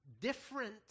different